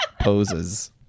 poses